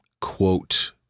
quote